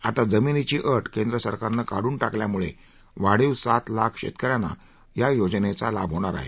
आता जमिनीची अट केंद्र सरकारनं काढून टाकल्यानं वाढीव सात लाख शेतकऱ्यांना या योजनेचा लाभ होणार आहे